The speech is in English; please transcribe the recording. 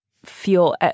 Feel